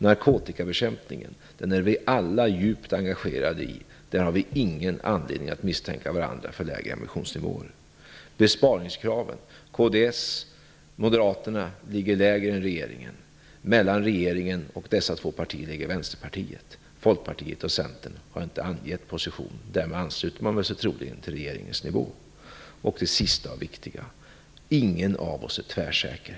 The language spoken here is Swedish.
Vi är alla djupt engagerade i narkotikabekämpningen. Vi har ingen anledning att misstänka varandra för lägre ambitionsnivåer. När det gäller besparingskraven ligger kds och Moderaterna lägre än regeringen. Mellan regeringen och dessa två partier ligger Vänsterpartiet. Folkpartiet och Centern har inte angett någon position. Därmed ansluter de sig troligen till regeringens nivå. Avslutningsvis är det viktigt att säga att ingen av oss är tvärsäker.